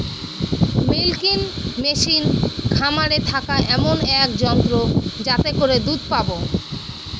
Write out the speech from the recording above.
milking machine খামারে থাকা এমন এক যন্ত্র যাতে করে দুধ পাবো